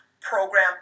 program